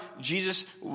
Jesus